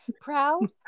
Proud